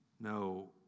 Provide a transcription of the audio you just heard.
No